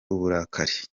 uburakari